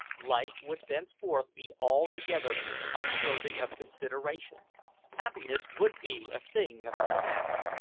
life would thenceforth be altogether unworthy of consideration happiness would be a thing of the past,